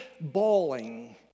bawling